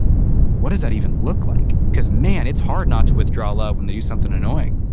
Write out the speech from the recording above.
what does that even look like? because man it's hard not to withdraw love when they do something annoying.